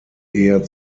eher